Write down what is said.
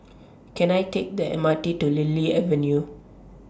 Can I Take The M R T to Lily Avenue